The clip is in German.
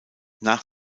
nach